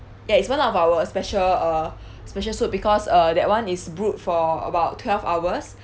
ya it's one of our special uh special soup because uh that one is brewed for about twelve hours